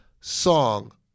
song